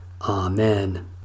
Amen